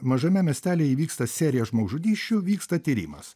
mažame miestelyje įvyksta serija žmogžudysčių vyksta tyrimas